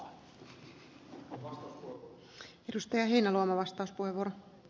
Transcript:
minusta tämä on outoa